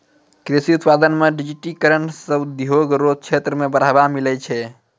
कृषि उत्पादन मे डिजिटिकरण से उद्योग रो क्षेत्र मे बढ़ावा मिलै छै